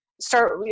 start